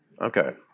Okay